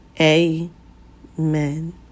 Amen